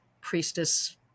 priestess